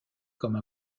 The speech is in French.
comme